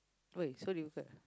wait so do you